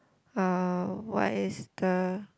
uh what is the